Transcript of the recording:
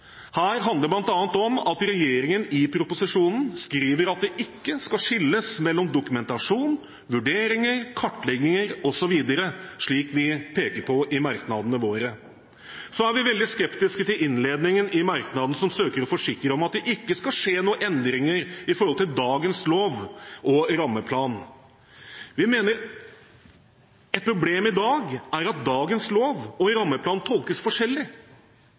her handler bl.a. om at regjeringen i proposisjonen skriver det ikke skal skilles mellom dokumentasjon, vurderinger og kartlegginger osv., slik vi peker på i merknadene våre. Så er vi veldig skeptiske til innledningen i merknaden som søker å forsikre om at det ikke skal skje noen endringer i forhold til dagens lov og rammeplan. Vi mener et problem i dag er at dagens lov og rammeplan tolkes forskjellig.